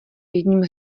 jedním